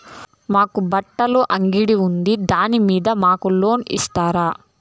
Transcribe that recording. మాకు బట్టలు అంగడి ఉంది దాని మీద మాకు లోను ఇస్తారా